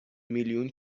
میلیون